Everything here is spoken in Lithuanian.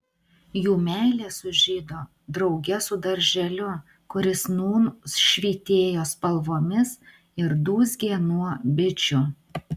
jų meilė sužydo drauge su darželiu kuris nūn švytėjo spalvomis ir dūzgė nuo bičių